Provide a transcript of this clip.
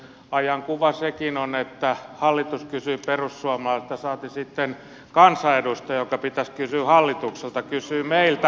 ajan kuva sekin on että hallitus kysyy perussuomalaisilta saati sitten se että kansanedustaja jonka pitäisi kysyä hallitukselta kysyy meiltä